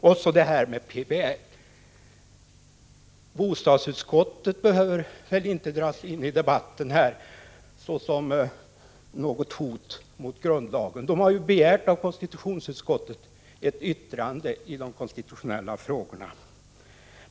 PBL togs också upp. Bostadsutskottet behöver väl inte dras in i debatten såsom ett hot mot grundlagen. Det har av konstitutionsutskottet begärt ett yttrande i de konstitutionella frågorna.